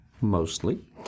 mostly